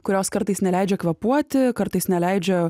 kurios kartais neleidžia kvėpuoti kartais neleidžia